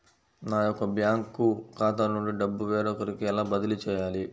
నా యొక్క బ్యాంకు ఖాతా నుండి డబ్బు వేరొకరికి ఎలా బదిలీ చేయాలి?